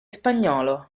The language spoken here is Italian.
spagnolo